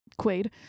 quaid